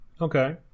okay